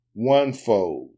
onefold